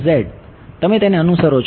તમે તેને અનુસરો છો